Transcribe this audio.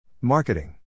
Marketing